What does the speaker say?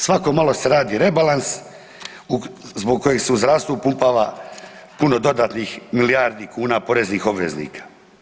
Svako malo se radi rebalans zbog kojeg se u zdravstvo upumpava puno dodatnih milijardi kuna poreznih obveznika.